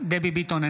דבי ביטון,